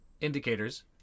indicators